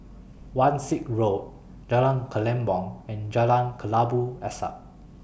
Wan Shih Road Jalan Kelempong and Jalan Kelabu Asap